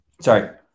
Sorry